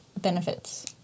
benefits